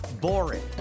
boring